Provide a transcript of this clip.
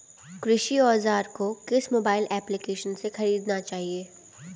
कृषि औज़ार को किस मोबाइल एप्पलीकेशन से ख़रीदना चाहिए?